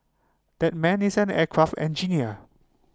that man is an aircraft engineer